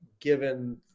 given